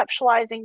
conceptualizing